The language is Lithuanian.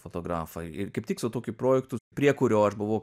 fotografą ir kaip tik su tokiu projektu prie kurio aš buvau